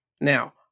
Now